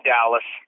Dallas